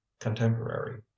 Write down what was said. contemporary